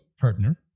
partner